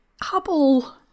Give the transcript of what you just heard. Hubble